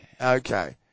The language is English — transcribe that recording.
Okay